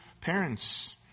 parents